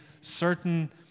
certain